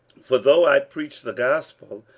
for though i preach the gospel,